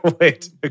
Wait